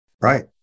Right